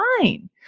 fine